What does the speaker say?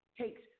takes